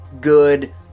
good